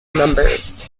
numbers